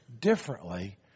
differently